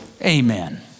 Amen